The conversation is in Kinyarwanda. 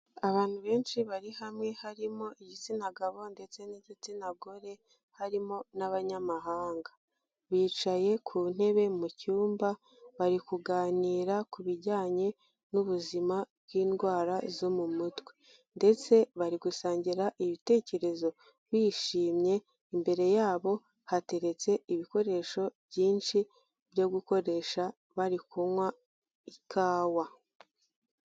Abantu benshi bari hamwe, harimo igitsina gabo ndetse n'igitsina gore, harimo n'abanyamahanga, bicaye ku ntebe mu cyumba, bari kuganira ku bijyanye n'ubuzima bw'indwara zo mu mutwe ndetse bari gusangira ibitekerezo bishimye, imbere yabo hateretse ibikoresho byinshi byo gukoresha bari kunywa ikawa.